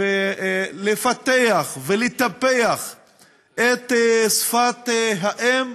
ולפתח ולטפח את שפת האם.